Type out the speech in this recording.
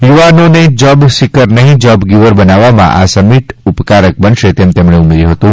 યુવાનોને job seeker નહીં job giver બનાવવામાં આ સમિટ ઉપકારક બનશે તેમ તેમણે ઉમેર્યું હતું